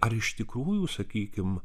ar iš tikrųjų sakykim